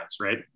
right